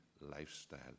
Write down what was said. lifestyle